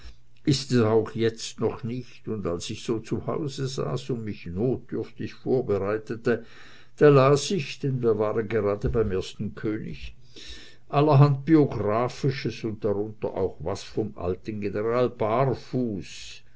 ist es auch jetzt noch nicht und als ich so zu hause saß und mich notdürftig vorbereitete da las ich denn wir waren gerade beim ersten könig allerhand biographisches und darunter auch was vom alten general